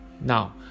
now